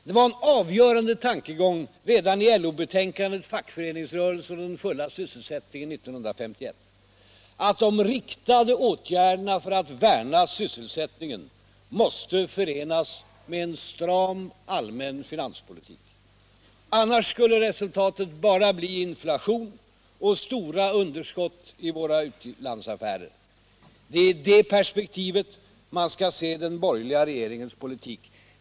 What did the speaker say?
Det var en avgörande tankegång redan i LO-betänkandet Fackföreningsrörelsen och den fulla sysselsättningen 1951 att de riktade åtgärderna för att värna sysselsättningen måste förenas med en stram allmän finanspolitik. Annars skulle resultatet bara bli inflation och stora underskott i våra utlandsaffärer. Det är i det perspektivet man skall se den borgerliga regeringens politik.